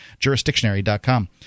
jurisdictionary.com